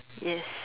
yes